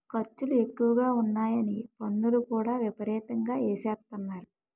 ఖర్చులు ఎక్కువగా ఉన్నాయని పన్నులు కూడా విపరీతంగా ఎసేత్తన్నారు